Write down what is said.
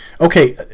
Okay